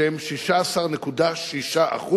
שהם 16.6%,